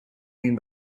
mean